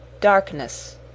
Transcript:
darkness